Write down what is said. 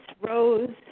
Rose